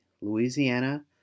Louisiana